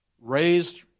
Raised